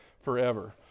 forever